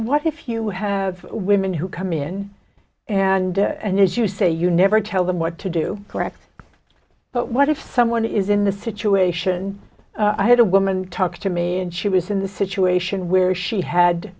what if you have women who come in and and as you say you never tell them what to do correct but what if someone is in the situation i had a woman talk to me and she was in the situation where she had